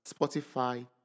Spotify